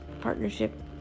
partnership